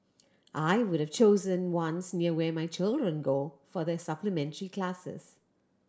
I would have chosen ones near where my children go for their supplementary classes